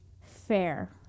fair